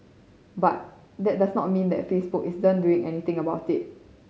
but that does not mean that Facebook isn't doing anything about it